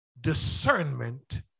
discernment